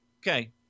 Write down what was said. Okay